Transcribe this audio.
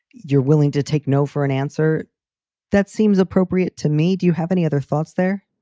you're willing to take no for an answer that seems appropriate to me. do have any other thoughts there?